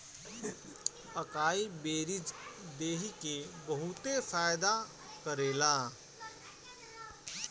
अकाई berries देहि के बहुते फायदा करेला